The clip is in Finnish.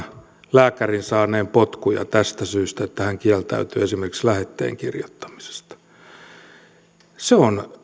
lääkärin saaneen potkuja tästä syystä että hän kieltäytyy esimerkiksi lähetteen kirjoittamisesta se on